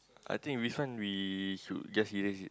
I think this one we should just erase it